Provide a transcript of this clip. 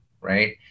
right